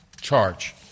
charge